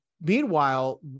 meanwhile